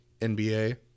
NBA